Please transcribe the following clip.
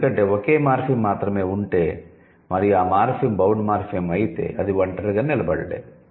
ఎందుకంటే ఒకే మార్ఫిమ్ మాత్రమే ఉంటే మరియు ఆ మార్ఫిమ్ బౌండ్ మార్ఫిమ్ అయితే అది ఒంటరిగా నిలబడలేదు